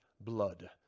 Blood